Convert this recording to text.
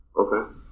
Okay